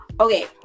okay